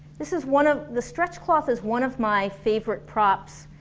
this is one of the stretch cloth is one of my favorite props,